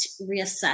Reassess